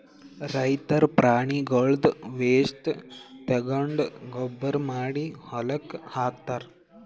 ರೈತರ್ ಪ್ರಾಣಿಗಳ್ದ್ ವೇಸ್ಟ್ ತಗೊಂಡ್ ಗೊಬ್ಬರ್ ಮಾಡಿ ಹೊಲಕ್ಕ್ ಹಾಕ್ತಾರ್